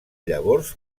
llavors